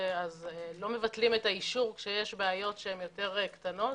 לא מבטלים את האישור כשיש בעיות יותר קטנות,